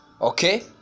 okay